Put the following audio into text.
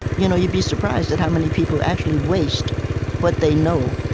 you know you'd be surprised at how many people actually waste what they know,